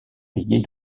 payés